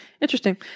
Interesting